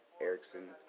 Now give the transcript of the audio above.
Erickson